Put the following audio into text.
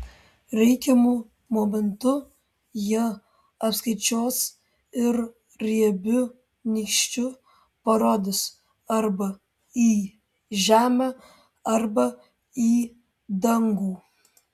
reikiamu momentu jie apskaičiuos ir riebiu nykščiu parodys arba į žemę arba į dangų